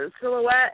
silhouette